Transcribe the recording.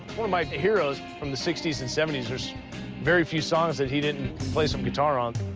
one of my heroes from the sixty s and seventy s. there's very few songs that he didn't play some guitar on.